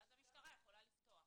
ואז המשטרה יכולה לפתוח.